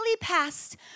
passed